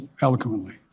eloquently